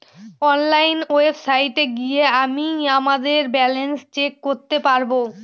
online ওয়েবসাইটে গিয়ে আমিই আমাদের ব্যালান্স চেক করতে পারবো